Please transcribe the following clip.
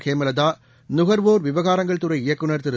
ஹேமலதா நுகர்வோர் விவகாரங்கள் துறை இயக்குநர் திரு